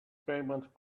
payment